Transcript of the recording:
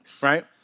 right